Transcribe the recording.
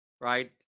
right